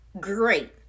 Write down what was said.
great